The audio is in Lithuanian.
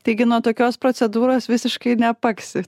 taigi nuo tokios procedūros visiškai neapaksi